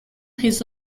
his